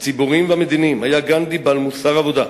הציבוריים והמדיניים היה גנדי בעל מוסר עבודה.